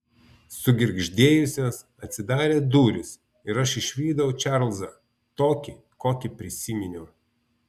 sugirgždėjusios atsidarė durys ir aš išvydau čarlzą tokį kokį prisiminiau